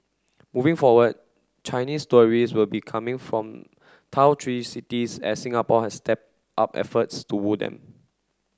moving forward Chinese tourist will be coming from three cities as Singapore has stepped up efforts to woo them